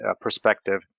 perspective